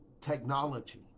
technology